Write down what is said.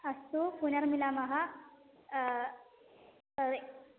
अस्तु पुनर्मिलामः तदे